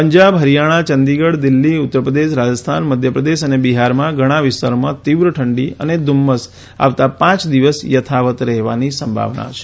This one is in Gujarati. પંજાબ હરિયાણા ચંદીગઢ દિલ્હી ઉત્તરપ્રદેશ રાજસ્થાન મધ્યપ્રદેશ અને બિહારમાં ઘણા વિસ્તારોમાં તીવ્ર ઠંડી અને ધુમ્મસ આવતા પાંચ દિવસ યથાવત રહેવાની સંભાવના છે